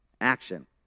action